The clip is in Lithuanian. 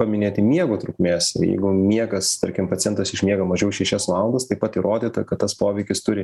paminėti miego trukmės ir jeigu miegas tarkim pacientas išmiega mažiau šešias valandas taip pat įrodyta kad tas poveikis turi